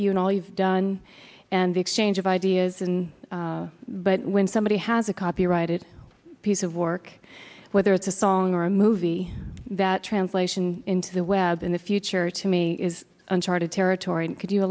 all you've done and exchange of ideas and but when somebody has a copyrighted piece of work whether it's a song or a movie that translation into the web in the future to me is uncharted territory could you